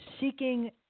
seeking